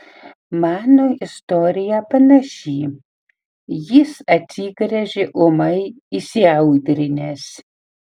mano istorija panaši jis atsigręžė ūmai įsiaudrinęs